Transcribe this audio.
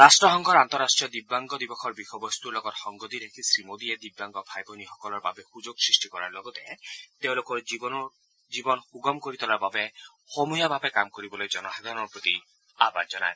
ৰাষ্ট্ৰসংঘৰ আন্তঃৰাষ্ট্ৰীয় দিব্যাংগ দিৱসৰ বিষয়বস্তৰ লগত সংগতি ৰাখি শ্ৰীমোদীয়ে দিব্যাংগ ভাই ভনীসকলৰ বাবে সুযোগ সৃষ্টি কৰাৰ লগতে তেওঁলোকৰ জীৱন সূগম কৰি তোলাৰ বাবে সমূহীয়াভাৱে কাম কৰিবলৈ জনসাধাৰণৰ প্ৰতি আহ্বান জনায়